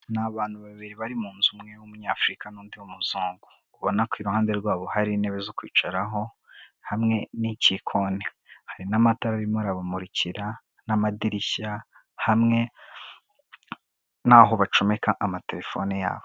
Ni abantu babiri bari mu nzu, umwe w'umunyafurika n'undi w'uzungu, ubona ko iruhande rwabo hari intebe zo kwicaraho hamwe n'igikoni, hari n'amatara arimo ba arbamurikira n'amadirishya hamwe n'aho bacomeka amatelefone yabo.